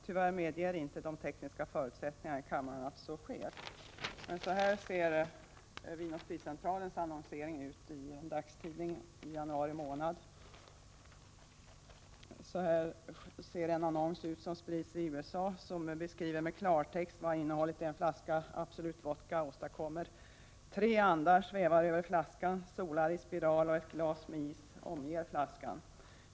Tyvärr medger inte de tekniska förutsättningarna i kammaren att så sker. Den annons som sprids i USA beskriver med klartext vad innehållet i en flaska Absolut Vodka åstadkommer. Tre andar svävar över flaskan, medan solar i spiral och ett glas med is omger den.